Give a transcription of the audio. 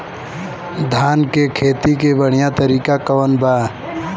धान के खेती के बढ़ियां तरीका कवन बा?